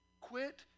Quit